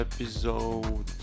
episode